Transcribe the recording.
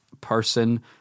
person